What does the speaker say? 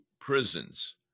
prisons